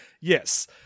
Yes